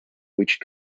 which